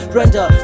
render